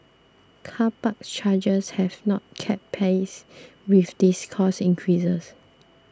car park charges have not kept pace with these cost increases